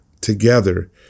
together